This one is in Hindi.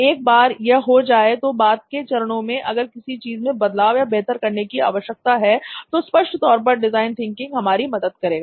एक बार यह हो जाए तो बाद के चरणों में अगर किसी चीज में बदलाव या बेहतर करने की आवश्यकता है तो स्पष्ट तौर पर डिजाइन थिंकिंग हमारी मदद करेगा